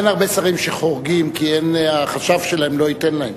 אין הרבה שרים שחורגים, כי החשב שלהם לא ייתן להם.